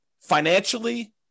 financially